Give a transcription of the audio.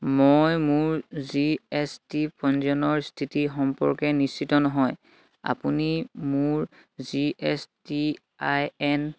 মই মোৰ G S T পঞ্জীয়নৰ স্থিতি সম্পৰ্কে নিশ্চিত নহয় আপুনি মোৰ G S T I N